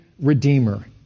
redeemer